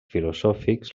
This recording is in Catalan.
filosòfics